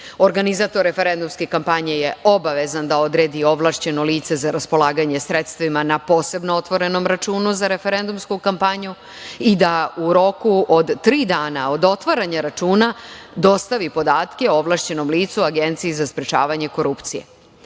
organizator referendumske kapanje je obavezan da odredi ovlašćeno lice za raspolaganje sredstvima na posebno otvorenom računu za referendumsku kampanju i da u roku od tri dana od otvaranja računa dostavi podatke ovlašćenom licu, Agenciji za sprečavanje korupcije. Utvrđena